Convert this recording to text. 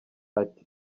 ati